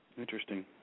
Interesting